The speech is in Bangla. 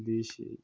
দেশে